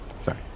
sorry